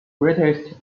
greatest